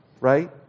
right